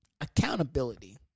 Accountability